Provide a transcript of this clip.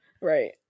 right